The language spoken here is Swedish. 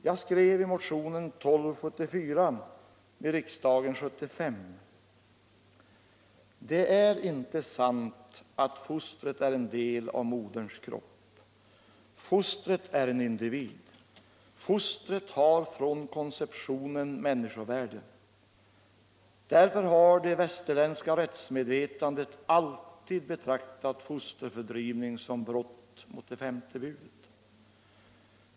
Jag skrev i motionen 1274 till 1975 års riksdag: ”Det är inte sant att fostret är en del av moderns kropp. Fostret är en individ. Fostret har från konceptionen människovärde. Därför har det västerländska rättsmedvetandet alltid betraktat fosterfördrivning som brott mot det femte budet.